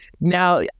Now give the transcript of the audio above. Now